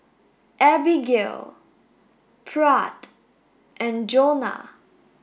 Abigail Pratt and Jonna